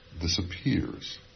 disappears